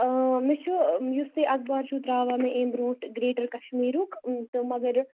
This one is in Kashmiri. اۭں مے چھُ یُس تُہۍ اخبار چھِو تراوان مےٚ امہِ برونٛٹھ گریٹر کَشمیٖرُک تہٕ مگر